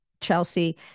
Chelsea